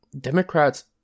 democrats